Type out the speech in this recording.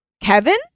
Kevin